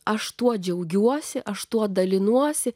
aš tuo džiaugiuosi aš tuo dalinuosi